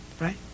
right